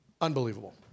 Unbelievable